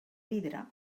vidre